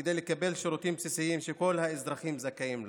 כדי לקבל שירותים בסיסיים שכל האזרחים זכאים להם.